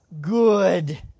good